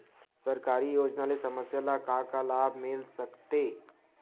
सरकारी योजना ले समस्या ल का का लाभ मिल सकते?